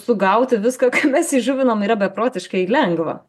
sugauti viską ką mes įžuvinom yra beprotiškai lengva